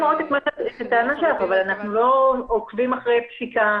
אני מבינה מאוד את הטענה שלך אבל אנחנו לא עוקבים אחרי פסיקה,